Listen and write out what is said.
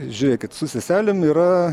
žiūrėkit su seselėm yra